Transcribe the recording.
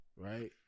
right